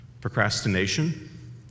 procrastination